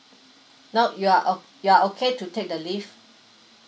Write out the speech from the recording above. now you are o~ you are okay to take the leave